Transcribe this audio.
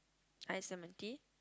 iced lemon tea